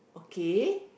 K